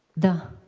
the